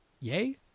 yay